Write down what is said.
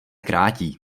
krátí